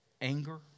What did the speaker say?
Anger